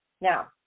Now